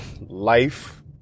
life